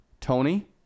Tony